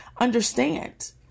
understand